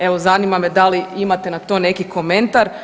Evo zanima me da li imate na to neki komentar.